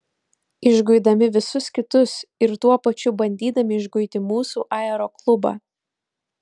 išguidami visus kitus ir tuo pačiu bandydami išguiti mūsų aeroklubą